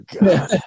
god